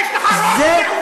יש לך ראש מעוות.